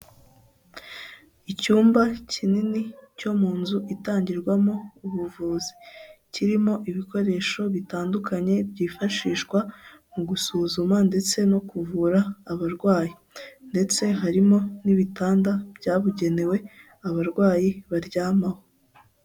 Icyumba kinini cyo mu nzu itangirwamo ubuvuzi. Kirimo ibikoresho bitandukanye byifashishwa mu gusuzuma ndetse no kuvura abarwayi. Ndetse, harimo n'ibitanda byabugenewe abarwayi baryamaho.